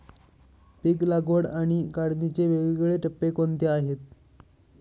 पीक लागवड आणि काढणीचे वेगवेगळे टप्पे कोणते आहेत?